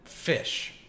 Fish